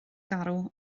garw